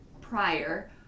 prior